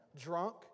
Drunk